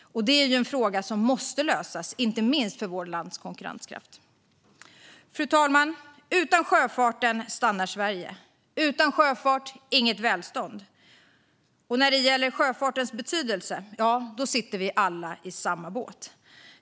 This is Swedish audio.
och det är en fråga som måste lösas - inte minst med tanke på vårt lands konkurrenskraft. Fru talman! Utan sjöfarten stannar Sverige. Utan sjöfart inget välstånd. Och när det gäller sjöfartens betydelse sitter vi alla i samma båt.